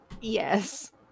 Yes